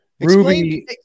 Ruby